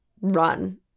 run